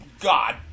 God